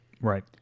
Right